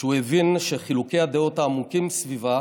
כשהוא הבין שחילוקי הדעות העמוקים סביבה